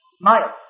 mild